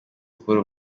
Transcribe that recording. kubura